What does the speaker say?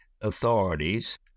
authorities